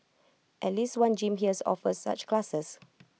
at least one gym here offers such classes